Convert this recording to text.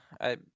I-